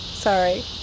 Sorry